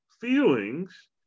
feelings